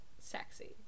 sexy